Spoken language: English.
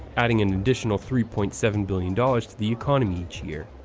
adding an additional three point seven billion dollars to the economy each year.